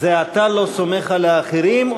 אתה לא סומך על האחרים,